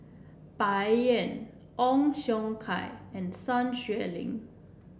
Bai Yan Ong Siong Kai and Sun Xueling